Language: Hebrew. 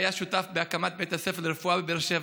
והיה שותף בהקמת בית הספר לרפואה בבאר שבע.